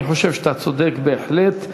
אני חושב שאתה צודק בהחלט.